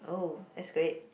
oh that's great